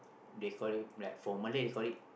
they call it like for Malay they call it